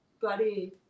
buddy